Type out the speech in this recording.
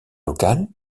locale